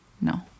no